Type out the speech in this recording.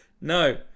No